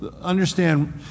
understand